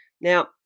Now